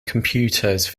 computers